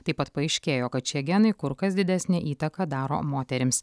taip pat paaiškėjo kad šie genai kur kas didesnę įtaką daro moterims